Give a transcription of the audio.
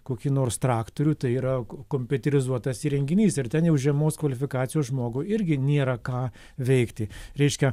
kokį nors traktorių tai yra kompiuterizuotas įrenginys ir ten jau žemos kvalifikacijos žmogui irgi nėra ką veikti reiškia